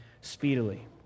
speedily